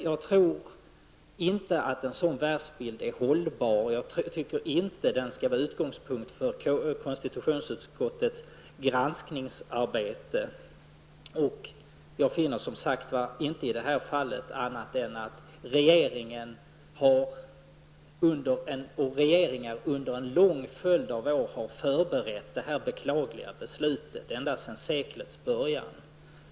Jag tror inte att en sådan världsbild är hållbar, och jag tycker inte att den skall fungera som utgångspunkt för konstitutionsutskottets granskningsarbete. Jag finner i detta fall inget annat än att regeringar har under en lång följd av år förberett detta beklagliga beslut, dvs. ända från seklets början.